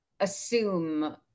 Assume